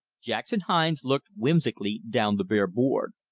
jackson hines looked whimsically down the bare board.